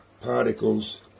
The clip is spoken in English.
particles